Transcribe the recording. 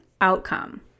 outcome